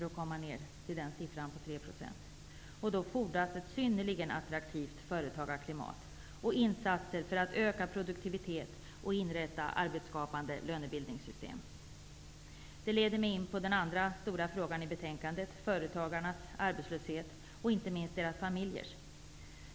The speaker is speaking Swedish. Då fordras ett synnerligen attraktivt företagarklimat med insatser för att öka produktiviteten och inrättande av ett arbetsskapande lönebildningssystem. Detta leder mig in på den andra stora frågan i betänkandet, nämligen företagarnas arbetslöshet och inte minst deras familjers.